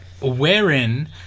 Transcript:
wherein